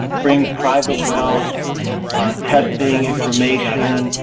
bring private well testing information,